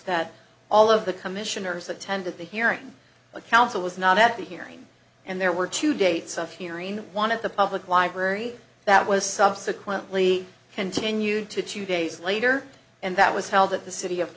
that all of the commissioners attended the hearing the counsel was not at the hearing and there were two dates of hearing one of the public library that was subsequently continued to two days later and that was held at the city of